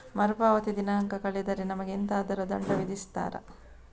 ಮರುಪಾವತಿ ದಿನಾಂಕ ಕಳೆದರೆ ನಮಗೆ ಎಂತಾದರು ದಂಡ ವಿಧಿಸುತ್ತಾರ?